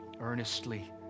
Earnestly